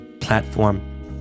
platform